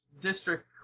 District